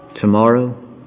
tomorrow